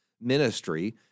ministry